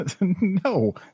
No